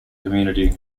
community